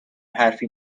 حرفی